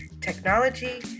technology